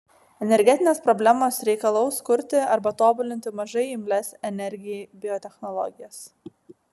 energetinės problemos reikalaus kurti arba tobulinti mažai imlias energijai biotechnologijas